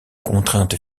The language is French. contraintes